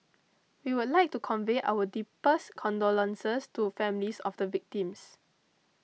we would like to convey our deepest condolences to families of the victims